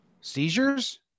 Seizures